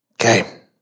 Okay